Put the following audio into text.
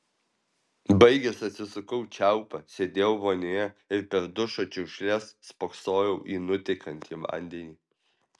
baigęs atsisukau čiaupą sėdėjau vonioje ir per dušo čiurkšles spoksojau į nutekantį vandenį